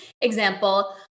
example